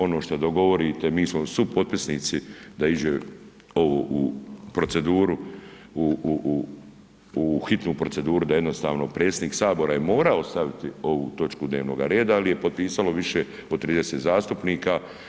Ono što dogovorite mi smo supotpisnici da ide ovo u proceduru u hitnu proceduru da jednostavno predsjednik Sabora je morao staviti ovu točku dnevnog reda ali je potpisalo više od 30 zastupnika.